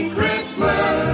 Christmas